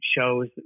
shows